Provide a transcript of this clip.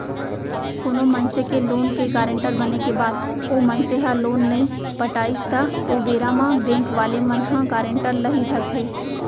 कोनो मनसे के लोन के गारेंटर बने के बाद ओ मनसे ह लोन नइ पटाइस त ओ बेरा म बेंक वाले मन ह गारेंटर ल ही धरथे